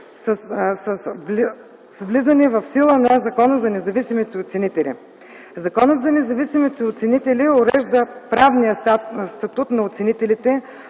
с влизане в сила на Закона за независимите оценители. Законът за независимите оценители урежда правния статут на оценителите,